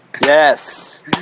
Yes